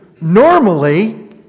normally